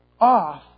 off